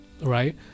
right